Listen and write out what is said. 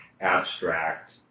abstract